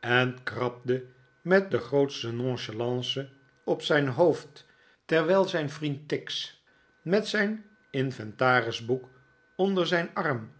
en krabde met de grootste nonchalance op zijn hoofd terwijl zijn vriend tix met zijn inventarisboek onder zijn arm